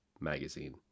magazine